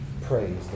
praise